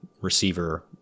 receiver